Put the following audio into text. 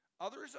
Others